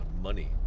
money